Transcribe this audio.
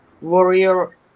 warrior